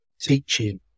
Teaching